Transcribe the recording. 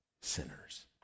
sinners